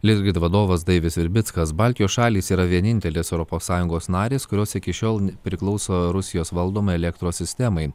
litgrid vadovas daivis virbickas baltijos šalys yra vienintelės europos sąjungos narės kurios iki šiol priklauso rusijos valdomai elektros sistemai